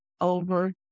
over